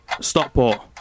Stockport